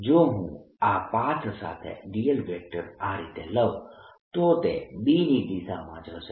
જો હું આ પાથ સાથે dl આ રીતે લઉં તો તે B ની દિશામાં જ હશે